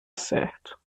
certo